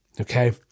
okay